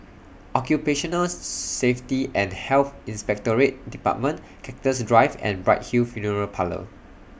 Occupational Safety and Health Inspectorate department Cactus Drive and Bright Hill Funeral Parlour